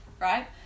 right